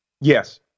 Yes